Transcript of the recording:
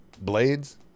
Blades